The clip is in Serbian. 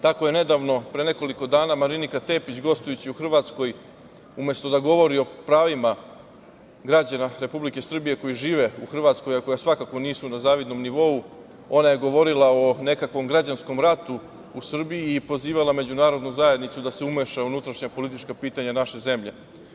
Tako je nedavno pre nekoliko dana Marinika Tepić gostujući u Hrvatskoj umesto da govori o pravima građana Republike Srbije koji žive u Hrvatskoj, a koja svakako nisu na zavidnom nivou, ona je govorila o nekakvom građanskom ratu u Srbiji i pozivala međunarodnu zajednicu da se umeša u unutrašnja politička pitanja naše zemlje.